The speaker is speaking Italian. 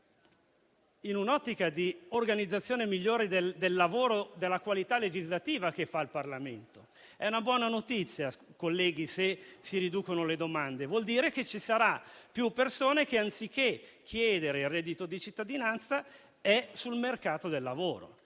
in un'ottica di migliore organizzazione del lavoro e della qualità legislativa della produzione del Parlamento. È una buona notizia, colleghi, se si riducono le domande: vuol dire che ci saranno più persone che, anziché chiedere il reddito di cittadinanza, saranno sul mercato del lavoro,